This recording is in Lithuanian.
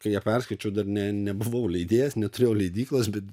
kai ją perskaičiau dar ne nebuvau leidėjas neturėjau leidyklos bet